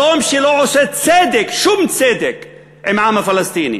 שלום שלא עושה צדק, שום צדק עם העם הפלסטיני.